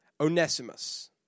Onesimus